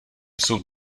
jsou